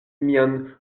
mian